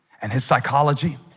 and his psychology